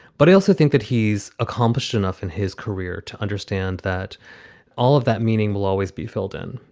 but i also think that he's accomplished enough in his career to understand that all of that meaning will always be filled in.